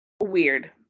weird